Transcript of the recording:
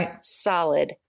solid